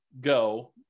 go